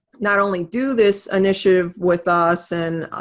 not only do this initiative with us, and